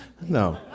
No